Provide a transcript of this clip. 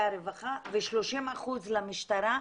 הרווחה ו-30% למשטרה,